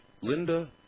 Linda